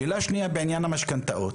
שאלה שנייה בעניין המשכנתאות,